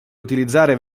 utilizzare